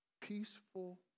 peaceful